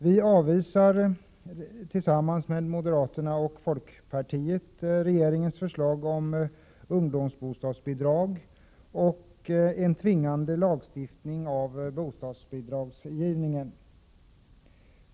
Vi avvisar tillsammans med moderaterna och folkpartiet regeringens förslag om ungdomsbostadsbidrag och en tvingande lagstiftning om bostadsbidragsgivningen.